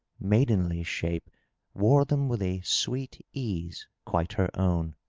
maidenly shape wore them with a sweet ease quite her own.